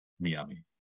Miami